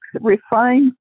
refine